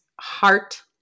heart